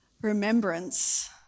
remembrance